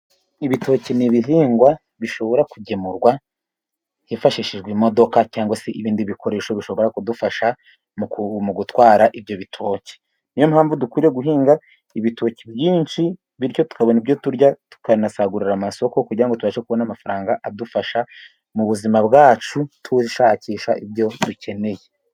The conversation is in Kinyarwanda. Ibitoki ni ibihingwa bishobora kugemurwa hifashishijwe imodoka cyangwa se ibindi bikoresho bishobora kudufasha mu gutwara ibyo bitoki. Niyo mpamvu dukwiriye guhinga ibitoki byinshi bityo tukabona ibyo turya tukanasagurira amasoko kugirango ngo tubashe kubona amafaranga adufasha mu buzima bwacu dushakisha ibyo dukeneye.